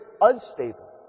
unstable